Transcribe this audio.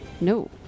No